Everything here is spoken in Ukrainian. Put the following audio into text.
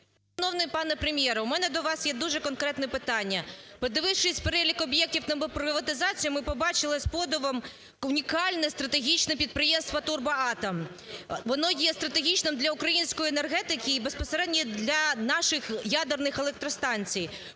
Подивившись перелік об'єктів на приватизацію, ми побачили з подивом унікальне стратегічне підприємство "Турбоатом". Воно є стратегічним для української енергетики і безпосередньо для наших ядерних електростанцій.